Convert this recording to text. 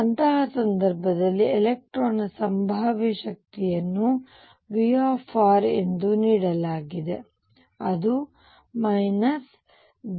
ಅಂತಹ ಸಂದರ್ಭಗಳಲ್ಲಿ ಎಲೆಕ್ಟ್ರಾನ್ ನ ಸಂಭಾವ್ಯ ಶಕ್ತಿಯನ್ನು V ಎಂದು ನೀಡಲಾಗಿದೆ ಅದು Ze24π0r